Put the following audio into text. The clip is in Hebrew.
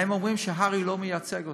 הם אומרים שהר"י לא מייצג אותם.